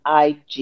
IG